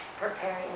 preparing